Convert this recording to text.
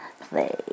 play